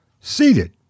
seated